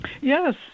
Yes